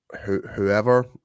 whoever